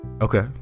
okay